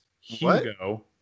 Hugo